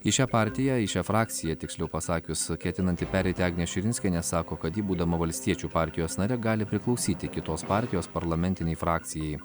į šią partiją į šią frakciją tiksliau pasakius ketinanti pereiti agnė širinskienė sako kad ji būdama valstiečių partijos nare gali priklausyti kitos partijos parlamentinei frakcijai